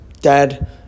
Dad